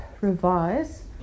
revise